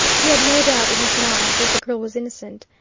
he had no doubt in his mind that the girl was innocent,